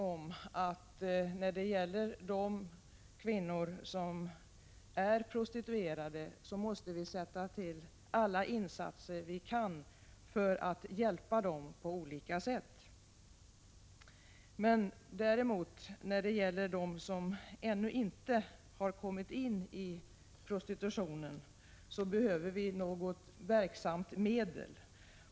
Vi är helt överens om att vi måste sätta in alla insatser vi kan för att på olika sätt hjälpa de kvinnor som är prostituerade. När det gäller dem som ännu inte har kommit in i prostitutionen behöver vi något verksamt medel.